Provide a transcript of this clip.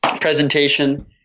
Presentation